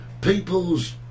people's